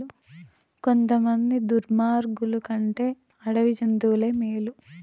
కొంతమంది దుర్మార్గులు కంటే అడవి జంతువులే మేలు